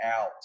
out